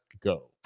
go